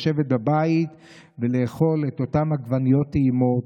לשבת בבית ולאכול את אותן עגבניות טעימות,